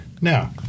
Now